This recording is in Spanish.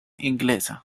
inglesa